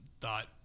thought